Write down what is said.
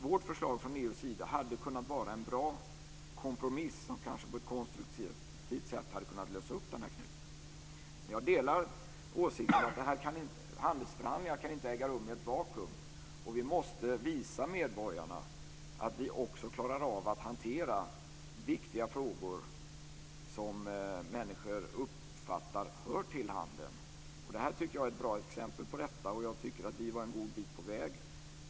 Vårt förslag från EU:s sida hade kunnat vara en bra kompromiss, som kanske på ett konstruktivt sätt hade löst upp knuten. Jag delar åsikten att handelsförhandlingar inte kan äga rum i ett vakuum. Vi måste visa medborgarna att vi också klarar av att hantera viktiga frågor som människor uppfattar hör till handeln. Det här är ett bra exempel på detta, och vi var en god bit på väg.